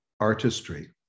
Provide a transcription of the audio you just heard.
artistry